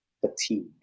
fatigue